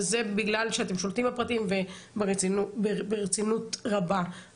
וזה בגלל שאתם שולטים בפרטים וברצינות רבה.